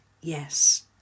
Yes